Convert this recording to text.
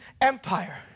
Empire